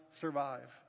survive